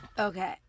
Okay